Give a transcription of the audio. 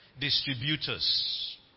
distributors